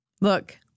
Look